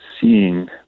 seeing